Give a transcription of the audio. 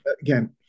again